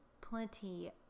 plenty